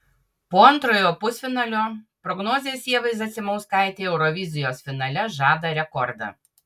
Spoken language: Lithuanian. po antrojo pusfinalio prognozės ievai zasimauskaitei eurovizijos finale žada rekordą